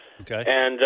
Okay